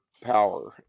power